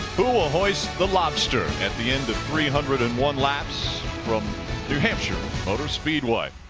who will hoist the lobster at the end of three hundred and one laps from new hampshire motor speedway?